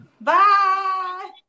bye